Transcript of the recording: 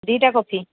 ଦୁଇଟା କଫି